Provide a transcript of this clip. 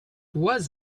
was